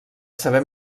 saber